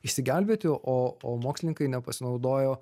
išsigelbėti o o mokslininkai nepasinaudojo